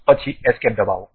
પછી એસ્કેપ દબાવો